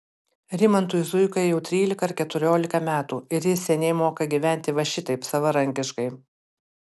rimantui zuikai jau trylika ar keturiolika metų ir jis seniai moka gyventi va šitaip savarankiškai